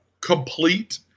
complete